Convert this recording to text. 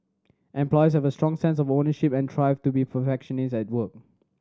employees have a strong sense of ownership and strive to be perfectionist at work